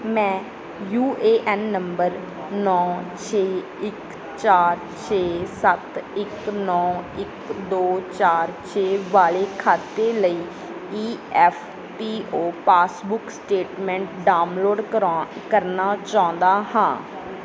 ਮੈਂ U A N number ਨੌ ਛੇ ਇੱਕ ਚਾਰ ਛੇ ਸੱਤ ਇੱਕ ਨੌ ਇੱਕ ਦੋ ਚਾਰ ਛੇ ਵਾਲੇ ਖਾਤੇ ਲਈ E F P O passbook statement download ਕਰਾਉ ਕਰਨਾ ਚਾਹੁੰਦਾ ਹਾਂ